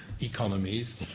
economies